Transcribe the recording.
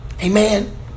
Amen